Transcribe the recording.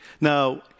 Now